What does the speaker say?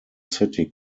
city